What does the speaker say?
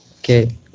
Okay